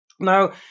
Now